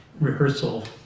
rehearsal